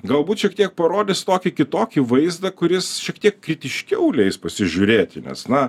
galbūt šiek tiek parodys tokį kitokį vaizdą kuris šiek tiek kritiškiau leis pasižiūrėti nes na